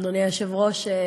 אדוני היושב-ראש.